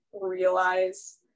realize